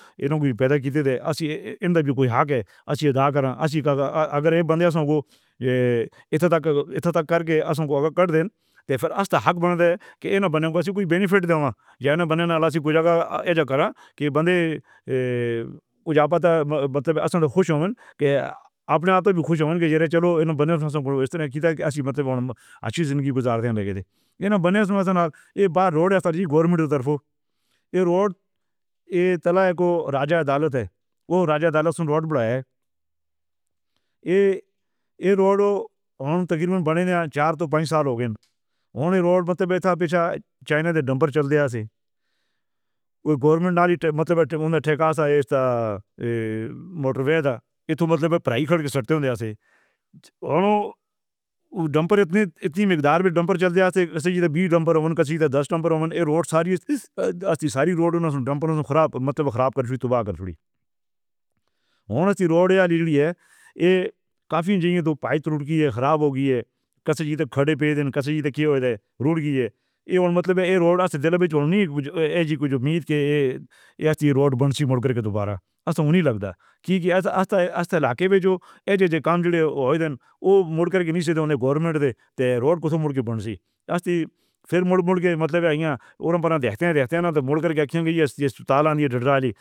کے لیے پیدا کی تھی۔ اصلیے اِندا بھی کوئی حق ہے اصلیے۔ اگر یہ بندے صاحب کو یہ اتنا تک کر کے اصل میں کٹتے ہیں تو پھر حق بنتا ہے کہ اِنہیں بنا کر کوئی بینیفٹ دینا۔ جَن بنانے والا سی کر کے بنائے۔ مطلب خوش ہونا اپنے آپ تو خوش ہونا ضرور چلو۔ اِن بنی ہوئی اداروں نے اچھی زندگی گزاری۔ اِنہوں نے بنے ہوئے وسائل اور روڈ اسٹیشن، گورنمنٹ، روڈ ٹلاکو، راجا عدالت ہے وہ راجا عدالت روڈ پر آئے۔ یہ یہ روڈ اوں تکریباً چار سال ہو گئے۔ روڈ مطلب چائنا ڈمپر چل دیا سے۔ کوئی گورنمنٹ مطلب ٹیکا سے موٹروے کا مطلب خریدتے ہونگے سے۔ ڈمپر اتنی اکھڑ بھی ڈمپر چلتے تھے۔ بیس ڈمپر ون، دس ڈمپر ون روڈ، ساری سڑک، ساری روڈ، ڈمپر خراب مطلب خراب کرتی تھوئی تباہ کر رہی ہے۔ ہاں، اِسی روڈ آلی رہی ہے۔ یہ کافی پہلے تو پائپ کی خراب ہو گئی ہے۔ کسی کے کھڑے پے دکھ سے ہوتے ہیں۔ روڈ کی یہ مطلب ہے روڈ سے دل میں چلنے کی اُمید کی۔ یہ روڈ بن کر کے دوبارہ ایسا نہیں لگتا کہ ایسا علاقے میں جو کام ہو رہے تھے، وہ مڑ کر کے نہیں سیدھے گورنمنٹ تھے، روڈ کو موڑ کے بنتی پھر مڑ مڑ کر مطلب ہے اور دیکھتے ہیں دیکھتے ہیں۔ مڑ کر کہیں گے یہ تالاب۔